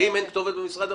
ואם אין כתובת במשרד הפנים,